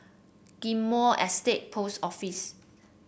Ghim Moh Estate Post Office